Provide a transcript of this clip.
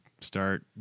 start